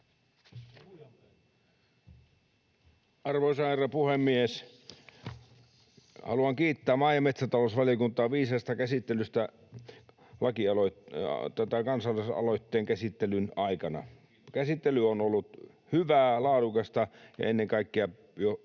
Arvoisa herra puhemies! Haluan kiittää maa‑ ja metsäta-lousvaliokuntaa viisaasta käsittelystä kansalaisaloitteen käsittelyn aikana. Käsittely on ollut hyvää, laadukasta ja ennen kaikkea